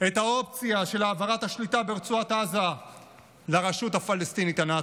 את האופציה של העברת השליטה ברצועת עזה לרשות הפלסטינית הנאצית,